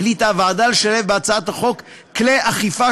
החליטה הוועדה לשלב בהצעת החוק כלי אכיפה